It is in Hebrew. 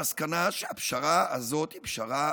הפשרה הזאת היא פשרה